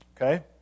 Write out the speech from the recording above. okay